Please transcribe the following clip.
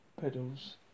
pedals